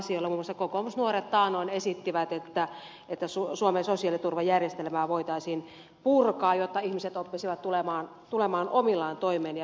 muun muassa kokoomusnuoret taannoin esittivät että suomen sosiaaliturvajärjestelmää voitaisiin purkaa jotta ihmiset oppisivat tulemaan omillaan toimeen ja pärjäämään